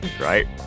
right